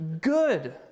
good